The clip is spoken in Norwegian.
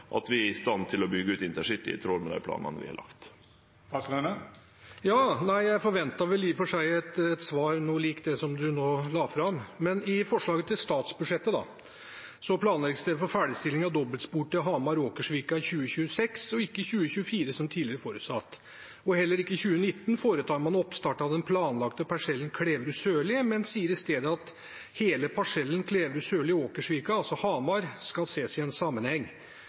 at vi er i stand til å byggje ut intercity i tråd med dei planane vi har lagt. Jeg forventet i og for seg et svar som var noe liknende som det statsråden nå ga, men i henhold til forslaget til statsbudsjett planlegges det for ferdigstilling av dobbeltspor til Hamar, Åkersvika, i 2026, ikke i 2024, som tidligere forutsatt. Heller ikke i 2019 foretar man oppstart av den planlagte parsellen Kleverud–Sørli, men sier i stedet at hele parsellen Kleverud–Sørli–Åkersvika, altså Hamar, skal ses i en sammenheng.